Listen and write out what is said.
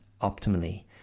optimally